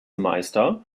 meister